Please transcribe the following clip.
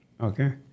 Okay